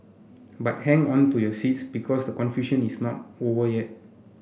but hang on to your seats because the confusion is not over yet